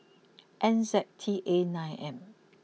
N Z T A nine M